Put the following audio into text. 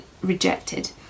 rejected